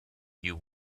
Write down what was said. you